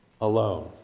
alone